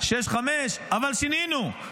5:6. אבל שינינו,